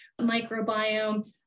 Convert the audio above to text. microbiome